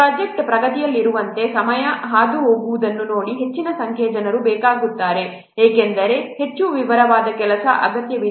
project ಪ್ರಗತಿಯಲ್ಲಿರುವಂತೆ ಸಮಯ ಹಾದುಹೋಗುವುದನ್ನು ನೋಡಿ ಹೆಚ್ಚಿನ ಸಂಖ್ಯೆಯ ಜನರು ಬೇಕಾಗುತ್ತಾರೆ ಏಕೆಂದರೆ ಹೆಚ್ಚು ವಿವರವಾದ ಕೆಲಸದ ಅಗತ್ಯವಿದೆ